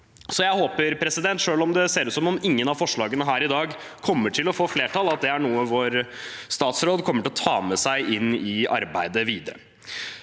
Så jeg håper – selv om det ser ut som om ingen av forslagene her i dag kommer til å få flertall – at det er noe vår statsråd kommer til å ta med seg inn i arbeidet videre.